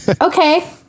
Okay